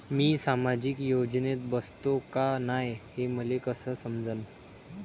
मी सामाजिक योजनेत बसतो का नाय, हे मले कस समजन?